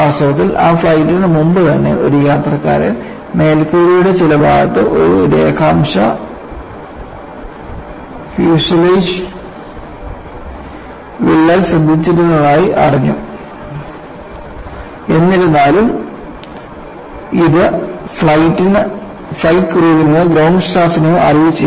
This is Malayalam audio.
വാസ്തവത്തിൽ ആ ഫ്ലൈറ്റിന് മുമ്പുതന്നെ ഒരു യാത്രക്കാരൻ മേൽക്കൂരയുടെ ചില ഭാഗത്ത് ഒരു രേഖാംശ ഫ്യൂസ്ലേജ് വിള്ളൽ ശ്രദ്ധിച്ചിരുന്നതായി അറിഞ്ഞു എന്നിരുന്നാലും ഇത് ഫ്ലൈറ്റ് ക്രൂവിനെയോ ഗ്രൌണ്ട് സ്റ്റാഫിനെയോ അറിയിച്ചില്ല